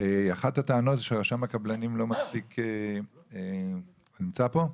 אחת הטענות זה שרשם הקבלנים לא מספיק, נמצא פה?